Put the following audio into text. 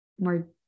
more